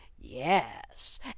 Yes